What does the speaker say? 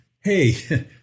hey